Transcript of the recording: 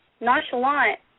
nonchalant